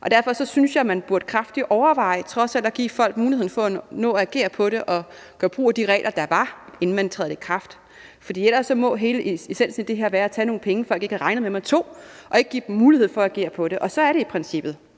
Derfor synes jeg, man kraftigt burde overveje trods alt at give folk mulighed for at nå at agere på det og gøre brug af de regler, der var, inden man sætter det i kraft. For ellers må hele essensen af det her være at tage nogle penge, folk ikke havde regnet med man tog, og ikke give dem mulighed for at agere på det. Så er det i princippet